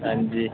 हां जी